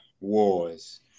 wars